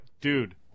Dude